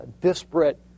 disparate